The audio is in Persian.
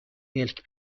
ملک